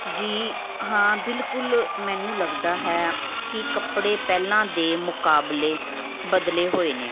ਜੀ ਹਾਂ ਬਿਲਕੁਲ ਮੈਨੂੰ ਲੱਗਦਾ ਹੈ ਕਿ ਕੱਪੜੇ ਪਹਿਲਾਂ ਦੇ ਮੁਕਾਬਲੇ ਬਦਲੇ ਹੋਏ ਨੇ